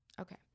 okay